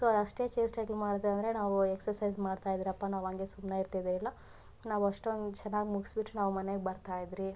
so ಅಷ್ಟೇ ಚೇಷ್ಟೆಗ್ಳ ಮಾಡ್ತೇವಂದರೆ ನಾವು ಎಕ್ಸಸೈಜ್ ಮಾಡ್ತಾಯಿದಿರಪ್ಪ ನಾವು ಹಂಗೆ ಸುಮ್ಮನೆ ಇರ್ತಿದ್ದಿಲ್ಲ ನಾವು ಅಷ್ಟೊಂದು ಚೆನ್ನಾಗ್ ಮುಗಿಸ್ಬಿಟ್ ನಾವು ಮನೆಗೆ ಬರ್ತಾಯಿದ್ರಿ